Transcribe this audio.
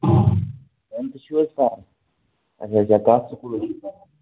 وۅنۍ تہِ چھُو حظ اَسہِ حظ چھا کَتھ سکوٗلَس